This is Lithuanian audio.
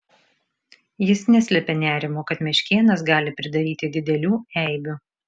jis neslėpė nerimo kad meškėnas gali pridaryti didelių eibių